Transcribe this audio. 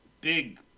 big